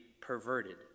perverted